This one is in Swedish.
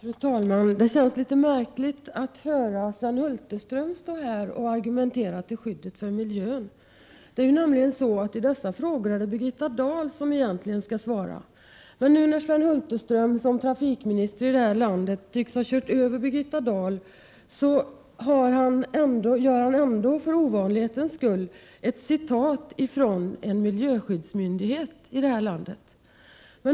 Fru talman! Det känns märkligt att höra Sven Hulterström stå här och argumentera för skyddet för miljön. I dessa frågor är det nämligen egentligen Birgitta Dahl som skall svara. Men när nu Sven Hulterström som trafikminister tycks ha kört över Birgitta Dahl, väljer han ändå för ovanlighetens skull ett citat från en miljöskyddsmyndighet här i landet.